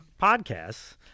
podcasts